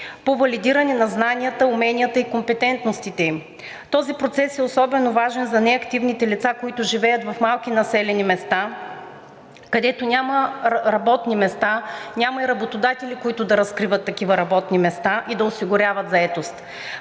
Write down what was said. по валидиране на знанията, уменията и компетентностите им. Този процес е особено важен за неактивните лица, които живеят в малки населени места, където няма работни места, няма и работодатели, които да разкриват такива работни места и да осигуряват заетост.